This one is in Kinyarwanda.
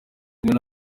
kumwe